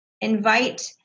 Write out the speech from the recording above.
Invite